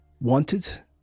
wanted